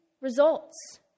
results